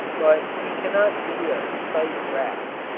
but he cannot meet a sight draft.